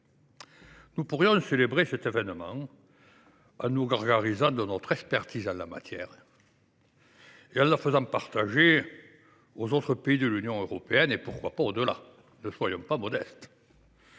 Nous pourrions célébrer l’événement en nous gargarisant de notre expertise en la matière et en la faisant partager aux autres pays de l’Union européenne, voire au delà. Ne soyons pas modestes